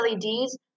LEDs